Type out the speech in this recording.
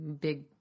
big